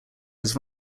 his